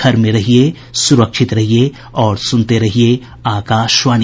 घर में रहिये सुरक्षित रहिये और सुनते रहिये आकाशवाणी